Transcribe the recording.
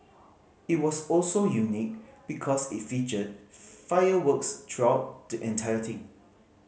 it was also unique because it featured fireworks throughout the entire thing